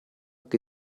che